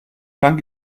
planck